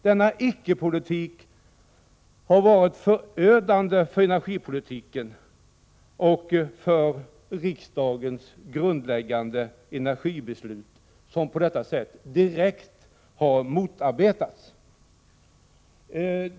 Denna icke-politik har varit förödande för energipolitiken och för riksdagens grundläggande energibeslut, som på detta sätt direkt har motarbetats.